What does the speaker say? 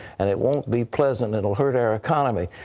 and it wont be pleasant. it will hurt our economy.